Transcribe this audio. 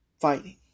fighting